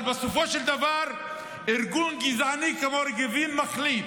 אבל בסופו של דבר, ארגון גזעני כמו רגבים מחליט,